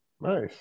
Nice